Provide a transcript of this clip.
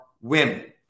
women